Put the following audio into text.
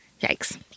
Yikes